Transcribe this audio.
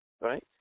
right